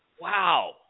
Wow